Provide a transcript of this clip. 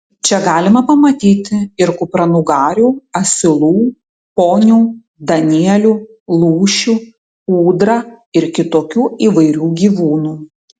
čia galima pamatyti ir kupranugarių asilų ponių danielių lūšių ūdrą ir kitokių įvairių gyvūnų